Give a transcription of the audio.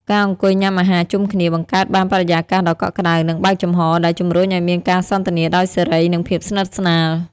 ការអង្គុយញ៉ាំអាហារជុំគ្នា បង្កើតបានបរិយាកាសដ៏កក់ក្ដៅ និងបើកចំហរ ដែលជំរុញឲ្យមានការសន្ទនាដោយសេរី និងភាពស្និទ្ធស្នាល។